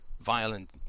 violent